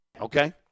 Okay